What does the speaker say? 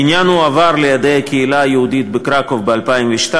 הבניין הועבר לידי הקהילה היהודית בקרקוב ב-2002.